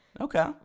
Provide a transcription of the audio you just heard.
Okay